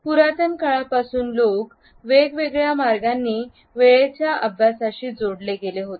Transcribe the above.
पुरातन काळापासून लोकं वेगवेगळ्या मार्गांनी वेळेचा अभ्यासाशी जोडले गेले होते